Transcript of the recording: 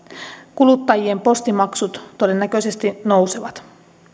kuluttajien postimaksut todennäköisesti nousevat